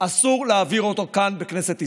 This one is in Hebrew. אסור להעביר אותו כאן בכנסת ישראל.